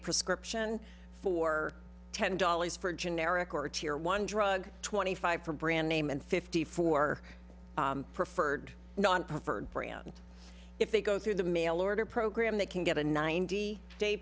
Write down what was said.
prescription for ten dollars for a generic or tear one drug twenty five for brand name and fifty for preferred non preferred brand if they go through the mail order program that can get a ninety